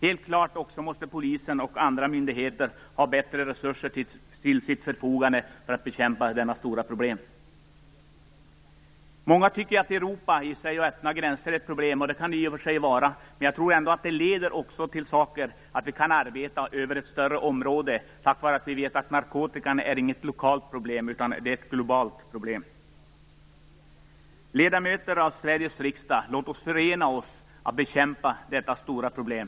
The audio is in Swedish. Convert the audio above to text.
Helt klart måste också polisen och andra myndigheter ha bättre resurser till sitt förfogande för att bekämpa detta stora problem. Många tycker att Europas öppna gränser i sig är ett problem, och så kan det i och för sig vara. Jag tror ändå att de öppna gränserna också leder till att vi kan arbeta över ett större område. Narkotikan är ju inget lokalt problem, utan den är ett globalt problem. Ledamöter av Sveriges riksdag, låt oss förena oss i arbetet med att bekämpa detta stora problem!